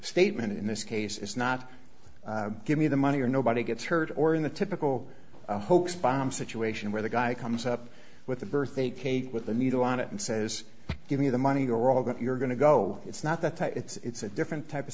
statement in this case is not give me the money or nobody gets hurt or in the typical hoax bomb situation where the guy comes up with a birthday cake with the needle on it and says give me the money or all that you're going to go it's not that type it's a different type of